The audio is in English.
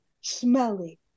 smelly